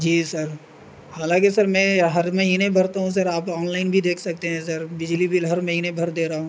جی sir حالانکہ sir میں ہر مہینے بھرتا ہوں سر آپ آنلائن بھی دیکھ سکتے ہیں سر بجلی بل ہر مہینے بھر دے رہا ہوں